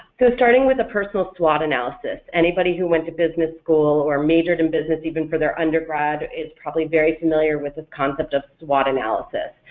so starting with a personal swot analysis, anybody who went to business school or majored in business even for their undergrad is probably very familiar with this concept of swot analysis.